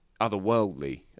otherworldly